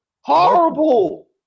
Horrible